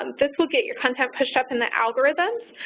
um this will get your content pushed up in the algorithms,